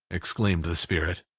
exclaimed the spirit.